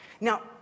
Now